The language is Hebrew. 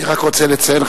אני רק רוצה לציין,